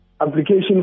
application